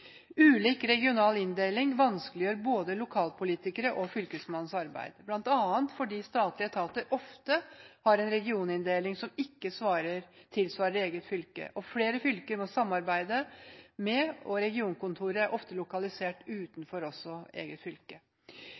Ulik regional inndeling vanskeliggjør både lokalpolitikeres og Fylkesmannens arbeid. Det skyldes bl.a. at statlige etater ofte har en regioninndeling som ikke tilsvarer eget fylke, at det må samarbeides med flere fylker, og at regionkontorer ofte er lokalisert utenfor eget fylke.